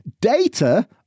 data